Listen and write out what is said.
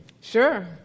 Sure